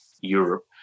Europe